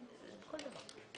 זה בכל דבר.